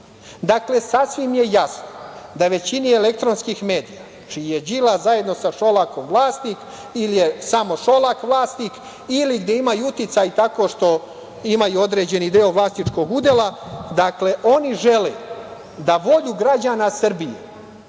SNS?Dakle, sasvim je jasno da većini elektronskih medija čiji je Đilas, zajedno sa Šolakom vlasnik, ili je samo Šolak vlasnik, ili gde imaju uticaj tako što imaju određeni deo vlasničkog udela, dakle, oni žele da volju građana Srbije